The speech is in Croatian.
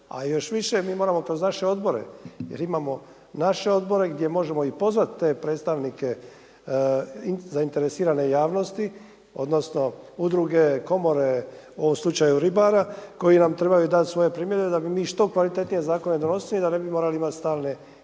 A još više mi moramo kroz naše odbore jer imamo naše odbore gdje možemo pozvat te predstavnike zainteresirane javnosti, odnosno udruge, komore u ovom slučaju ribara koji nam trebaju dati svoje primjedbe da bi mi što kvalitetnije zakone donosili, da ne bi morali imati stalne